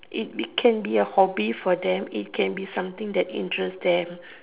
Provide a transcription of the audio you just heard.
it be can be a hobby for them it can be something that interests them